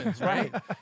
right